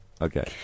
Okay